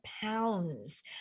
pounds